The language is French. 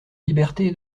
liberté